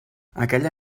aquella